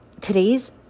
today's